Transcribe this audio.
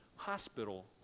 hospital